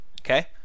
Okay